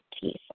teeth